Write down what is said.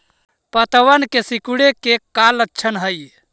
पत्तबन के सिकुड़े के का लक्षण हई?